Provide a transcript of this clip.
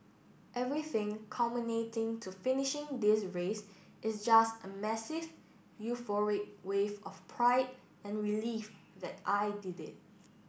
everything culminating to finishing this race is just a massive euphoric wave of pride and relief that I did it